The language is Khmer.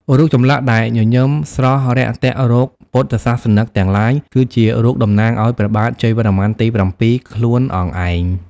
រូបចម្លាក់ដែលញញឹមស្រស់រាក់ទាក់រកពុទ្ធសាសនិកទាំងឡាយ គឺជារូបតំណាងឱ្យ ព្រះបាទជ័យវរ្ម័នទី៧ ខ្លួនអង្គឯង។